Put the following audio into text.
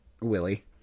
willie